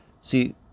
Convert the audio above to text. See